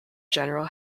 general